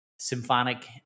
Symphonic